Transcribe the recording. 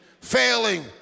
failing